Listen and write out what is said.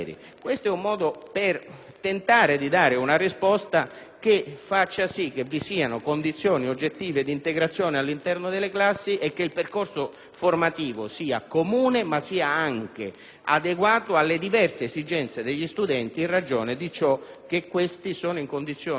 tentare di dare una risposta che faccia sì che vi siano le condizioni oggettive di integrazione all'interno delle classi e che il percorso formativo sia comune, ma anche adeguato alle diverse esigenze degli studenti, in ragione di ciò che questi sono in condizione di dare nel processo formativo